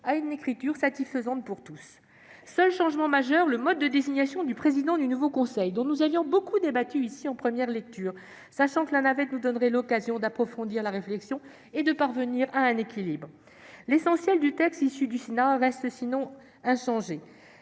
à une écriture satisfaisante pour tous. Seul changement majeur : le mode de désignation du président du nouveau Conseil, dont nous avions beaucoup débattu ici en première lecture, sachant que la navette nous donnerait l'occasion d'approfondir la réflexion et de parvenir à un équilibre. L'essentiel du texte issu du Sénat reste sinon inchangé.